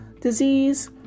disease